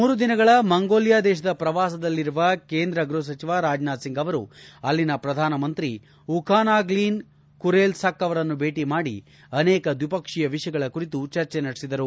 ಮೂರು ದಿನಗಳ ಮಂಗೋಲಿಯ ದೇಶದ ಪ್ರವಾಸದಲ್ಲಿರುವ ಕೇಂದ್ರ ಗೃಹ ಸಚಿವ ರಾಜನಾಥ್ ಸಿಂಗ್ ಅವರು ಅಲ್ಲಿನ ಪ್ರಧಾನಮಂತ್ರಿ ಉಖಾನಾಗ್ನೀನ್ ಖುರೇಲ್ಸುಖ್ ಅವರನ್ನು ಭೇಟ ಮಾಡಿ ಅನೇಕ ದ್ವಿಪಕ್ಷೀಯ ವಿಷಯಗಳ ಕುರಿತು ಚರ್ಚೆ ನಡೆಸಿದರು